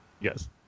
Yes